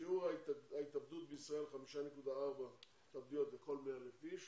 שיעור ההתאבדות בישראל 5.4 התאבדויות לכל 100,000 איש,